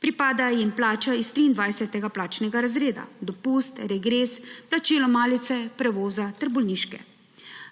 Pripada jim plača iz 23. plačanega razreda, dopust, regres, plačilo malice, prevoza ter bolniške.